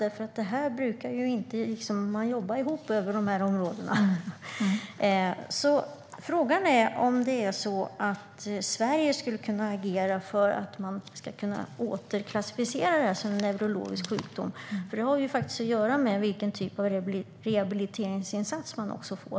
Man brukar inte jobba ihop över de områdena. Frågan är om Sverige skulle kunna agera för att man ska kunna återklassificera det som en neurologisk sjukdom. Det har att göra med vilken typ av rehabiliteringsinsats människor får.